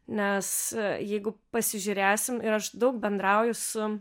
nes jeigu pasižiūrėsim ir aš daug bendrauju su